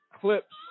clips